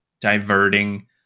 diverting